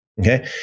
Okay